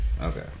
Okay